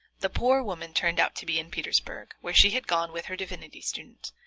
the poor woman turned out to be in petersburg, where she had gone with her divinity student,